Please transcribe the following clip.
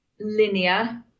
linear